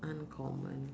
uncommon